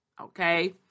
okay